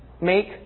make